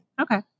okay